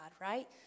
right